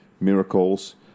miracles